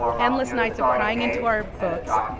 endless nights of crying into our books,